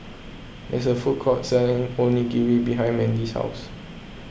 there's a food court selling Onigiri behind Mandy's house